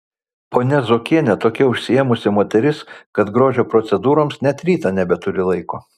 ponia zuokienė tokia užsiėmusi moteris kad grožio procedūroms net rytą nebeturi laiko